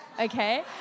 okay